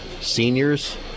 seniors